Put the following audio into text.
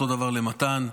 אותו דבר למתן,